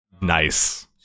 Nice